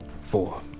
Four